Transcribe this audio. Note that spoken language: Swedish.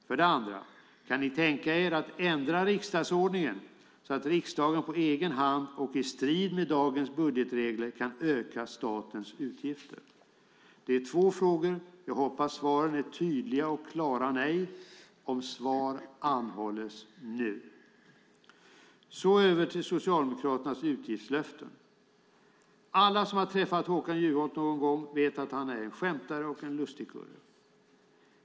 För det andra: Kan ni tänka er att ändra riksdagsordningen så att riksdagen på egen hand, och i strid med dagens budgetregler, kan öka statens utgifter? Det är två frågor. Jag hoppas svaren är tydliga och klara nej. Om svar anhålles nu! Därefter går jag över till Socialdemokraternas utgiftslöften. Alla som har träffat Håkan Juholt någon gång vet att han är en skämtare och en lustigkurre.